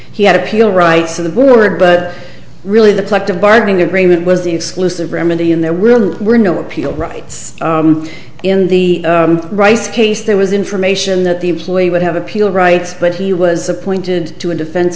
he had appeal rights to the word but really the collective bargaining agreement was the exclusive remedy and there really were no appeal rights in the rice case there was information that the employee would have appeal rights but he was appointed to a defense